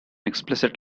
explicit